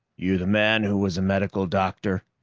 you the man who was a medical doctor?